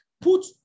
put